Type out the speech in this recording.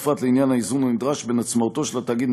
בפרט לעניין האיזון הנדרש בין עצמאותו של התאגיד